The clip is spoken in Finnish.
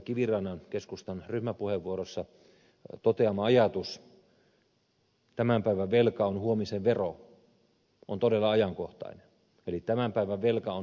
kivirannan keskustan ryhmäpuheenvuorossa toteama ajatus tämän päivän velka on huomisen vero on todella ajankohtainen eli tämän päivän velka on huomisen vero